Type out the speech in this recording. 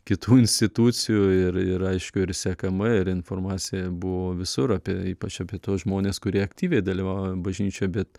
kitų institucijų ir ir aiškiu ir sekama ir informacija buvo visur apie ypač apie tuos žmones kurie aktyviai dalyvauja bažnyčioj bet